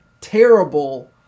terrible